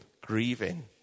grieving